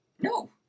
No